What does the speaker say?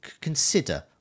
consider